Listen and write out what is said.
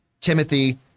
Timothy